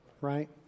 right